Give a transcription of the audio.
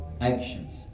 actions